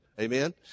Amen